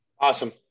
awesome